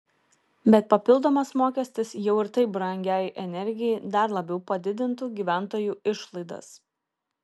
bet papildomas mokestis jau ir taip brangiai energijai dar labiau padidintų gyventojų išlaidas